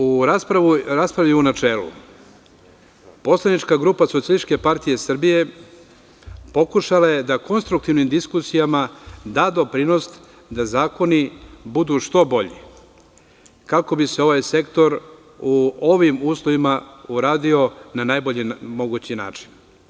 U raspravi u načelu poslanička grupa SPS pokušala je da konstruktivnim diskusijama da doprinos da zakoni budu što bolji kako bi se ovaj sektor u ovim uslovima uradio na najbolji mogući način.